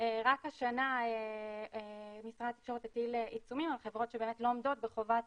רק השנה משרד התקשורת הטיל עיצומים על חברות שבאמת לא עומדות בחובת